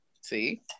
See